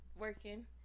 working